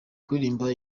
kuririmba